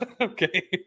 okay